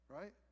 right